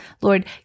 Lord